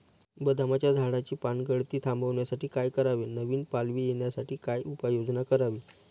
बदामाच्या झाडाची पानगळती थांबवण्यासाठी काय करावे? नवी पालवी येण्यासाठी काय उपाययोजना करावी?